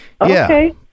Okay